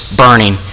burning